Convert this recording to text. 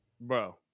Bro